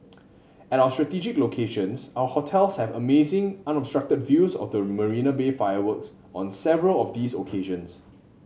at our strategic locations our hotels have amazing unobstructed views of the Marina Bay fireworks on several of these occasions